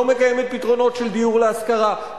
לא מקיימת פתרונות של דיור להשכרה,